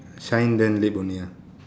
shine then lip only ah